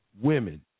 women